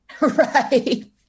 right